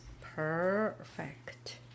Perfect